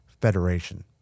federation